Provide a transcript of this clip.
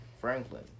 Franklin